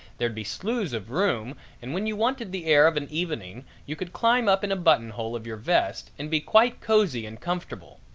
there'd be slews of room and when you wanted the air of an evening you could climb up in a buttonhole of your vest and be quite cosy and comfortable.